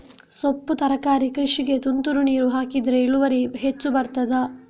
ಸೊಪ್ಪು ತರಕಾರಿ ಕೃಷಿಗೆ ತುಂತುರು ನೀರು ಹಾಕಿದ್ರೆ ಇಳುವರಿ ಹೆಚ್ಚು ಬರ್ತದ?